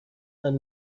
and